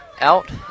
out